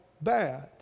bad